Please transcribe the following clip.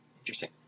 Interesting